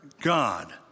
God